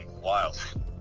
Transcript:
wild